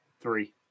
three